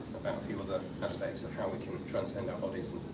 few other aspects of how we can transcend our bodies and